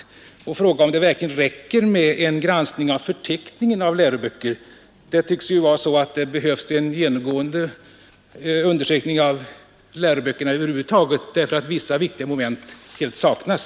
Jag vill också fråga om det verkligen räcker med en granskning av förteckningen över läroböcker; det tycks vara på det sättet att det behövs en genomgående undersökning av läroböckerna över huvud taget, därför att vissa viktiga moment saknas.